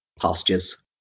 pastures